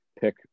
pick